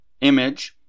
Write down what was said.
image